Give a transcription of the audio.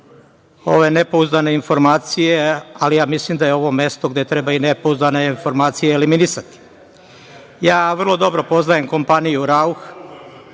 ove nepouzdane informacije, ali ja mislim da je ovo mesto gde treba nepouzdane informacije eliminisati. Vrlo dobro poznajem kompaniju